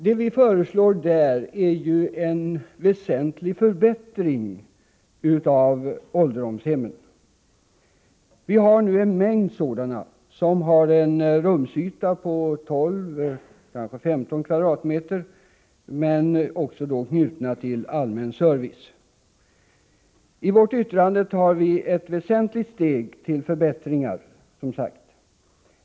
Vad vi föreslår på det området innebär en väsentlig förbättring av ålderdomshemmen. Vi har nu en mängd ålderdomshem med rumsytor på 12, kanske 15 kvadratmeter — och knutna till allmän service. I vårt yttrande tar vi som sagt ett väsentligt steg till förbättringar.